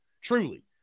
truly